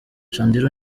chandiru